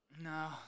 No